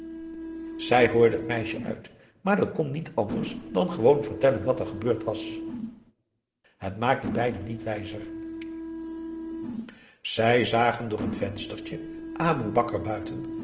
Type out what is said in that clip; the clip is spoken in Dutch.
zij hoorde het meisje uit maar dat kon niet anders dan gewoon vertellen wat er gebeurd was het maakte beiden niet wijzer zij zagen door een venstertje aboe bakar buiten